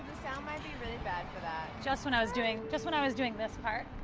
sound might be really bad for that. just when i was doing, just when i was doing this part.